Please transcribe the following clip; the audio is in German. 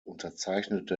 unterzeichnete